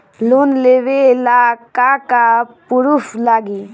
Loan लेबे ला का का पुरुफ लागि?